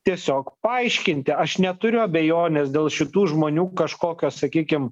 tiesiog paaiškinti aš neturiu abejonės dėl šitų žmonių kažkokio sakykim